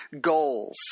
goals